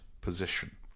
position